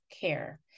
care